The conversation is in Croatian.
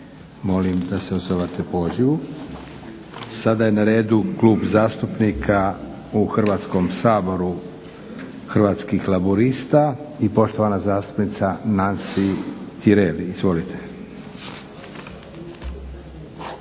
Molim da se odazovete pozivu. Sada je na redu klub zastupnika u Hrvatskom saboru Hrvatskih laburista i poštovana zastupnica Nansi Tireli. Izvolite.